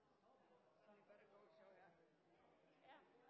normaltid, så jeg